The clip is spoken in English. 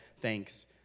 thanks